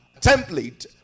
template